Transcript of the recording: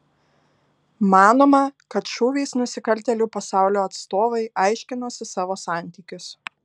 manoma kad šūviais nusikaltėlių pasaulio atstovai aiškinosi savo santykius